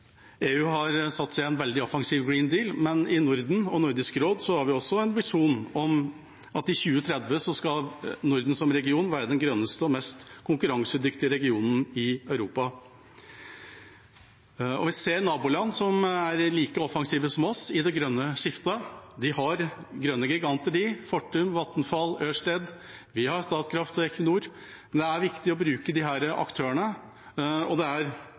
EU har en veldig offensiv «green deal», men i Norden og Nordisk råd har vi også en ambisjon om at Norden som region skal være den grønneste og mest konkurransedyktige regionen i Europa innen 2030. Vi ser naboland som er like offensive som oss i det grønne skiftet. De har grønne giganter: Fortum, Vattenfall, Ørsted. Vi har Statkraft og Equinor. Det er viktig å bruke disse aktørene, og det er